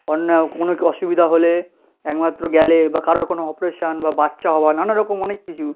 অন্য অনেক অসুবিধা হলে একমাত্র গেলে বা কারোর কোনো অপরেশান বা বাচ্চা হওয়া নানা রকম অনেক কিছু